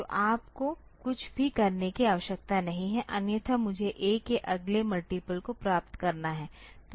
तो आपको कुछ भी करने की आवश्यकता नहीं है अन्यथा मुझे A के अगले मल्टीप्ल को प्राप्त करना हैं